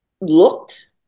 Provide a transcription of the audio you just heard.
looked